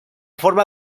forma